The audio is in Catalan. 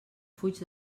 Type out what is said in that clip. fuig